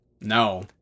no